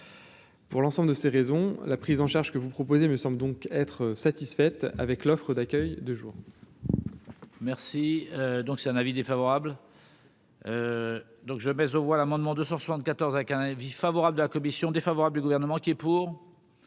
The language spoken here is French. Pour l'ensemble de ces raisons, la prise en charge que vous proposez me semble donc être satisfaite avec l'offre d'accueil de jour. Merci donc c'est un avis défavorable. Donc je mais aux voix l'amendement 274 avec un avis favorable de la commission défavorable du gouvernement qui. Pour